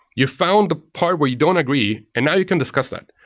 you found the part where you don't agree, and now you can discuss that.